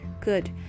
good